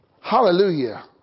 Hallelujah